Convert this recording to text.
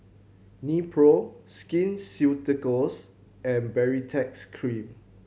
Nepro Skin Ceuticals and Baritex Cream